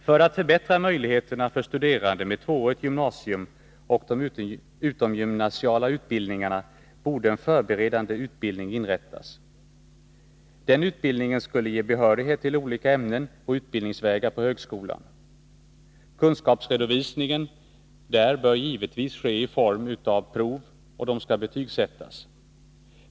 För att förbättra möjligheterna för studerande med tvåårigt gymnasium och de utomgymnasiala utbildningarna borde man inrätta en förberedande utbildning. Den utbildningen skulle ge behörighet till olika ämnen och utbildningsvägar på högskolan. Kunskapsredovisningen där bör givetvis ske i form av prov, och de skall betygsättas.